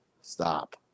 stop